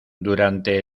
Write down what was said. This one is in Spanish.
durante